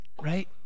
right